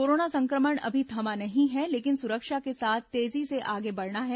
corona संक्रमण अभी थमा नहीं है लेकिन सुरक्षा के साथ तेजी से आगे बढ़ना है